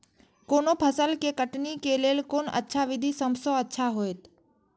कोनो फसल के कटनी के लेल कोन अच्छा विधि सबसँ अच्छा होयत?